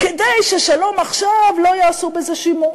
כדי ש"שלום עכשיו" לא יעשה בזה שימוש.